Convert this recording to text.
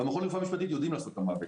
במכון לרפואה משפטית יודעים לעשות את המוות,